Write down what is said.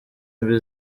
mbi